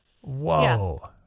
Whoa